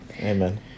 amen